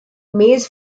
maze